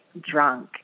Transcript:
drunk